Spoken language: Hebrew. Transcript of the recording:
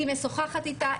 היא משוחחת איתה,